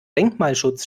denkmalschutz